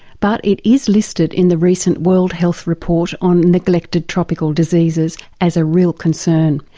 but it is listed in the recent world health report on neglected tropical diseases as a real concern.